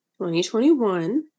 2021